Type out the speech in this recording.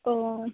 ᱚᱻ